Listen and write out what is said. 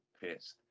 pissed